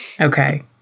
Okay